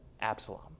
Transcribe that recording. Absalom